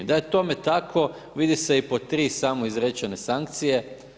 Da je tome tako vidi se i po tri samoizrečene sankcije.